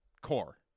core